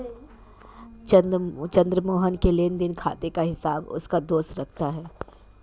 चंद्र मोहन के लेनदेन खाते का हिसाब उसका दोस्त रखता है